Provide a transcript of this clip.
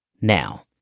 Now